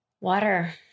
water